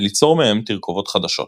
וליצור מהם תרכובות חדשות.